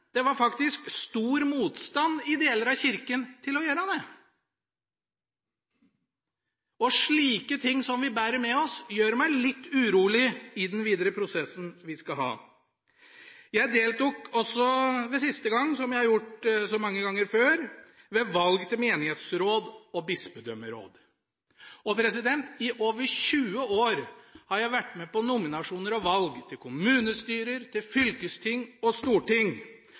Det var faktisk stor motstand i deler av Kirka mot å gjøre det. Slike ting, som vi bærer med oss, gjør meg litt urolig for den videre prosessen vi skal ha. Jeg deltok også sist gang, som jeg har gjort så mange ganger før, ved valg på menighetsråd og bispedømmeråd. I over 20 år har jeg vært med på nominasjoner og valg til kommunestyrer, fylkesting og storting,